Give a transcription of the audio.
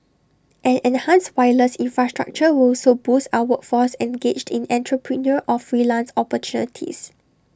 an enhanced wireless infrastructure will also boost our workforce engaged in entrepreneurial or freelance opportunities